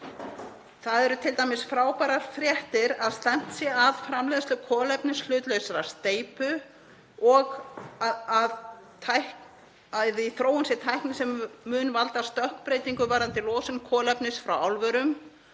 Það eru t.d. frábærar fréttir að stefnt sé að framleiðslu kolefnishlutlausrar steypu og að í þróun sé tækni sem mun valda stökkbreytingu varðandi losun kolefnis frá álverum,